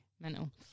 Mental